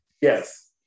Yes